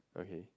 okay